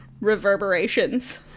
reverberations